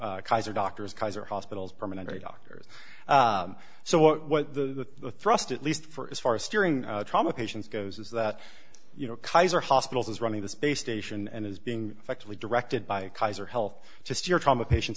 kaiser doctors kaiser hospitals permanente doctors so what the thrust at least for as far as steering trauma patients goes is that you know kaiser hospitals is running the space station and is being effectively directed by kaiser health just your trauma patient